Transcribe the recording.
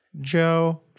Joe